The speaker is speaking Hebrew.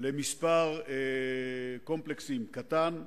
למספר קומפלקסים קטן,